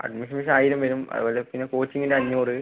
admission fees ആയിരം വരും അതുപോലെ പിന്നെ കോച്ചിംഗിൻ്റെ അഞ്ഞൂറ്